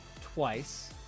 twice